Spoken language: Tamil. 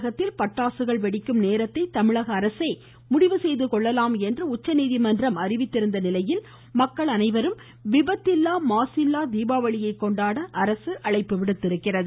தமிழகத்தில் பட்டாசுகள் வெடிக்கும் நேரத்தை தமிழக அரசே முடிவு செய்துகொள்ளலாம் என்று உச்சநீதிமன்றம் அறிவித்திருந்த நிலையில் மக்கள் அனைவரும் விபத்தில்லா மாசில்லா தீபாவளியை கொண்டாட அரசு அழைப்பு விடுத்துள்ளது